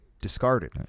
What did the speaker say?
discarded